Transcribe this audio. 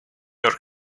york